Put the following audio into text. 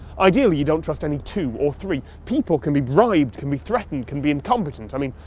ideally, you don't trust any two, or three. people can be bribed, can be threatened, can be incompetent. i mean,